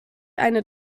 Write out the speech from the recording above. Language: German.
eine